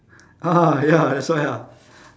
ah ya that's why ah